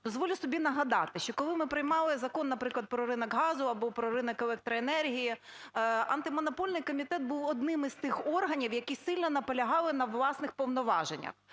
Дозволю собі нагадати, що коли ми приймали закон, наприклад, про ринок газу або про ринок електроенергії, Антимонопольний комітет був одним із тих органів, які сильно наполягали на власних повноваженнях.